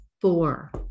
Four